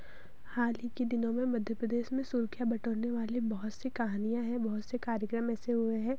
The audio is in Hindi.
हाल ही के दिनों में मध्यप्रदेश में सुर्खियाँ बटोरने वाले बहुत से कहानियाँ है बहुत से कार्यक्रम ऐसे हुए हैं